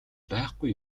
байхгүй